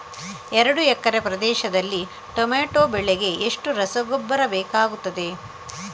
ಎರಡು ಎಕರೆ ಪ್ರದೇಶದಲ್ಲಿ ಟೊಮ್ಯಾಟೊ ಬೆಳೆಗೆ ಎಷ್ಟು ರಸಗೊಬ್ಬರ ಬೇಕಾಗುತ್ತದೆ?